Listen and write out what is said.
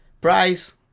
Price